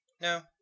No